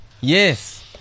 Yes